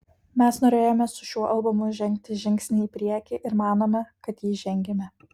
mes norėjome su šiuo albumu žengti žingsnį į priekį ir manome kad jį žengėme